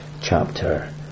chapter